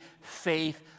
faith